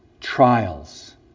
trials